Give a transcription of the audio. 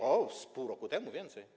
O, z pół roku temu, więcej.